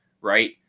right